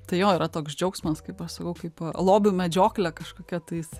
tai jo yra toks džiaugsmas kaip aš sakau kaip lobių medžioklė kažkokia tais